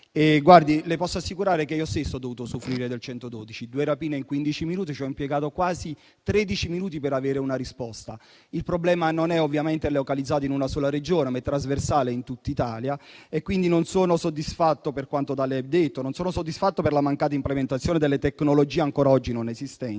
Le posso assicurare che io stesso ho dovuto usufruire del numero 112: per due rapine in quindici minuti ho impiegato quasi tredici minuti per avere una risposta. Il problema non è ovviamente localizzato in una sola Regione, ma è trasversale in tutta Italia, quindi non sono soddisfatto per quanto da lei detto. Non sono soddisfatto per la mancata implementazione delle tecnologie ancora oggi non esistenti.